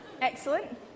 Excellent